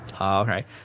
Okay